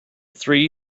three